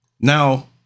Now